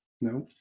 No